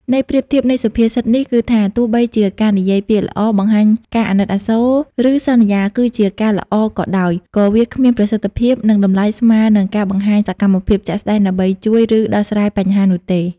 ន័យប្រៀបធៀបនៃសុភាសិតនេះគឺថា ទោះបីជាការនិយាយពាក្យល្អ បង្ហាញការអាណិតអាសូរ ឬសន្យាគឺជាការល្អក៏ដោយ ក៏វាគ្មានប្រសិទ្ធភាព និងតម្លៃស្មើនឹងការបង្ហាញសកម្មភាពជាក់ស្ដែងដើម្បីជួយ ឬដោះស្រាយបញ្ហានោះទេ។